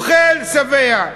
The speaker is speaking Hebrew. אוכל, שבע.